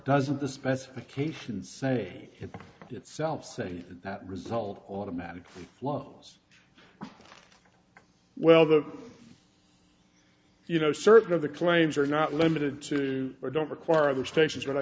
doesn't the specifications say in itself saying that result automatically flaws well that you know certain of the claims are not limited to or don't require other stations but i